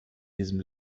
diesem